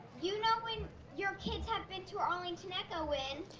you know when your kids have been to arlington echo when.